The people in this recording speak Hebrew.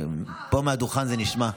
פה מהדוכן זה נשמע.